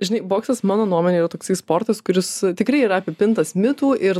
žinai boksas mano nuomone jau toksai sportas kuris tikrai yra apipintas mitų ir